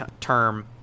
term